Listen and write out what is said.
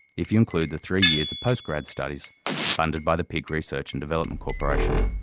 if you include the three years of post-grad studies funded by the pig research and development corporation.